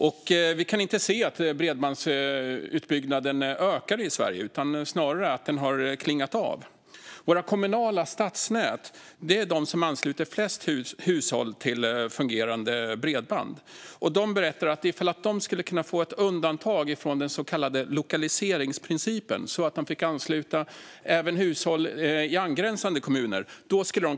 Och vi kan inte se att bredbandsutbyggnaden ökar i Sverige, snarare att den har klingat av. Våra kommunala stadsnät är de som ansluter flest hushåll till fungerande bredband. De berättar att de snabbt skulle kunna bygga ut väldigt mycket mer bredband ifall de skulle få ett undantag från den så kallade lokaliseringsprincipen så att de kan ansluta även hushåll i angränsande kommuner.